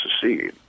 secede